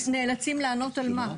נאלצים לענות על מה?